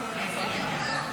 נתקבל.